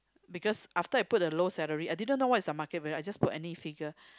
because after I put the low salary I didn't know what is the market value I just put any figure